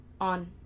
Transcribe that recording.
on